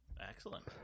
Excellent